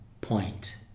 point